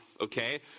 Okay